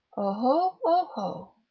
oho, oho.